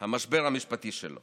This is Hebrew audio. מה הוא